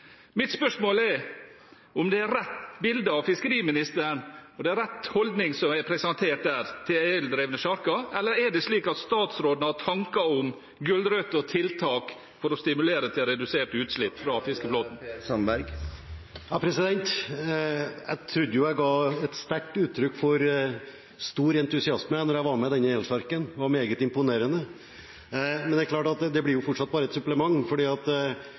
Mitt spørsmål er om det er et rett bilde av fiskeriministeren og en rett holdning til eldrevne sjarker som er presentert der, eller er det slik at statsråden har tanker om gulrøtter og tiltak for å stimulere til reduserte utslipp fra fiskebåter? Jeg trodde jeg ga et sterkt uttrykk for stor entusiasme da jeg var med på denne elsjarken. Det var meget imponerende. Men det blir fortsatt bare et supplement, for en sånn elsjark kan bare